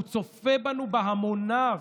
הוא צופה בנו בהמוניו.